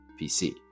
PC